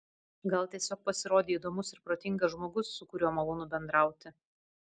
gal tiesiog pasirodei įdomus ir protingas žmogus su kuriuo malonu bendrauti